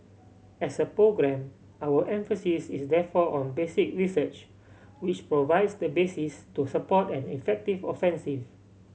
as a programme our emphasis is therefore on basic research which provides the basis to support an effective offensive